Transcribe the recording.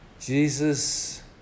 Jesus